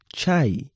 Chai